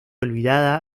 olvidada